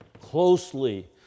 closely